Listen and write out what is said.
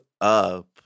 up